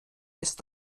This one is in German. ist